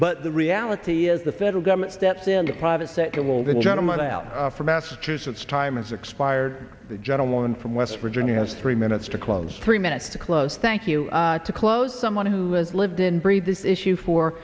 but the reality is the federal government steps in the private sector will this gentleman to hell for massachusetts time has expired the gentleman from west virginia has three minutes to close three minutes to close thank you to close someone who has lived in breathe this issue for